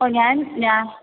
ഓ ഞാൻ ഞാൻ